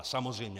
Samozřejmě.